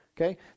Okay